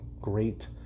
great